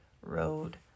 road